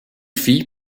fille